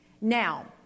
Now